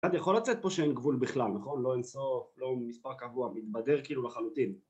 יכול לצאת פה שאין גבול בכלל, נכון? לא אינסוף, לא מספר קבוע, מתבדר כאילו לחלוטין